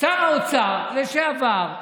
שר האוצר לשעבר,